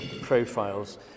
profiles